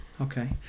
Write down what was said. Okay